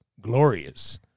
glorious